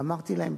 ואמרתי להם: